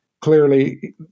clearly